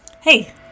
Hey